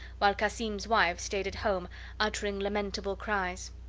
while cassim's wife stayed at home uttering lamentable cries.